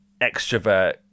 extrovert